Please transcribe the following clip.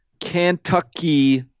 Kentucky